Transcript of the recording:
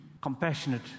compassionate